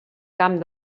camp